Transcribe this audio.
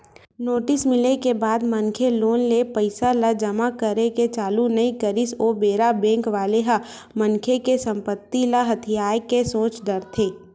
notice मिले के बाद मनखे लोन ले पइसा ल जमा करे के चालू नइ करिस ओ बेरा बेंक वाले ह मनखे के संपत्ति ल हथियाये के सोच डरथे